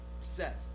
seth